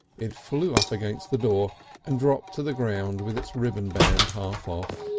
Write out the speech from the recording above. it flew up against the door and dropped to the ground with its ribbon band half off.